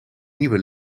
nieuwe